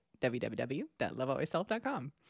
www.lovealwaysself.com